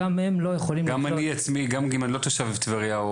גם אני עצמי אני לא תושב טבריה,